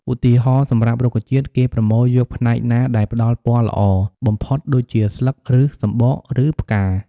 ឧទាហរណ៍ សម្រាប់រុក្ខជាតិ គេប្រមូលយកផ្នែកណាដែលផ្តល់ពណ៌ល្អបំផុតដូចជា ស្លឹក ឫស សំបក ឬផ្កា។